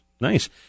nice